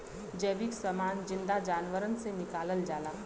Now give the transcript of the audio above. जैविक समान जिन्दा जानवरन से निकालल जाला